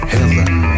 Heaven